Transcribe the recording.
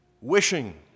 wishing